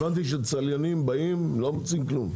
הבנתי שצליינים באים, לא מוציאים כלום.